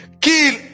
Kill